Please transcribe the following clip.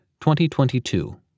2022